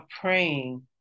praying